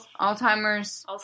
Alzheimer's